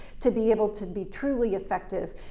to be able to be truly effective.